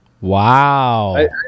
Wow